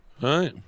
Right